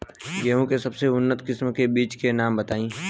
गेहूं के सबसे उन्नत किस्म के बिज के नाम बताई?